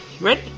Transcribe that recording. Ready